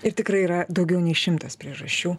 ir tikrai yra daugiau nei šimtas priežasčių